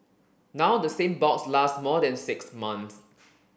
now the same box lasts more than six months